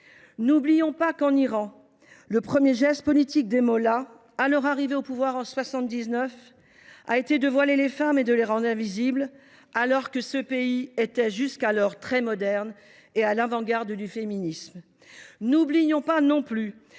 N’oublions pas qu’en Iran le premier geste politique des mollahs, à leur arrivée au pouvoir en 1979, a consisté à voiler les femmes et à les rendre invisibles, alors que ce pays était jusqu’alors très moderne et à l’avant garde du féminisme. N’oublions pas non plus